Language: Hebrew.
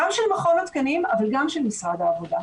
גם של מכון התקנים, אבל גם של משרד העבודה,